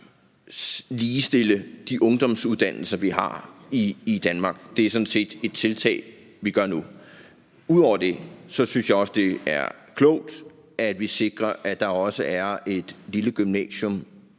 ligestille de ungdomsuddannelser, vi har i Danmark. Det er sådan set et tiltag, vi gør nu. Ud over det synes jeg også, det er klogt, at vi sikrer, at der også er et lille gymnasium